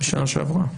בשנה שעברה?